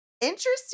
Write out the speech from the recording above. interesting